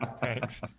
Thanks